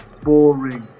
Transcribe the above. boring